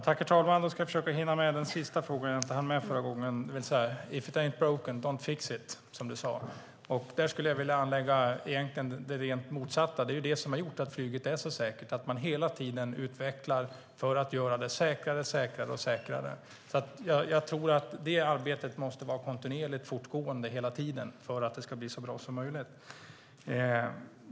Herr talman! Jag ska försöka hinna med den fråga som jag inte hann med förra gången, det vill säga: If it ain't broke, don't fix it! Jag skulle jag vilja anlägga det rent motsatta perspektivet. Det är det som har gjort att flyget är så säkert. Man utvecklar hela tiden för att göra det säkrare och säkrare. Jag tror att det arbetet måste fortgå kontinuerligt för att det ska bli så bra som möjligt.